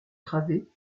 travées